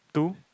to